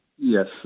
Yes